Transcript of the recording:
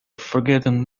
forgotten